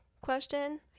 question